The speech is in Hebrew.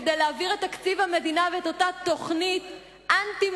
כדי להעביר את תקציב המדינה ואת אותה תוכנית אנטי-מוסרית,